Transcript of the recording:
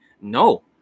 no